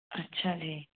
ਅੱਛਾ ਜੀ